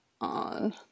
on